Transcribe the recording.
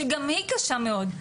שגם היא קשה מאוד,